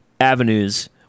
avenues